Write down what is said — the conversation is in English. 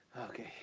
okay